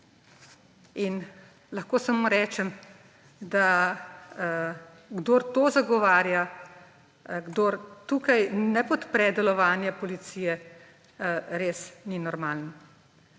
In lahko samo rečem, da kdor to zagovarja, kdor tukaj ne podpre delovanja policije, res ni normalen.